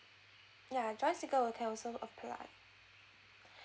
ya joint single it can also applied